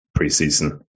preseason